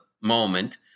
moment